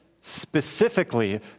specifically